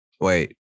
Wait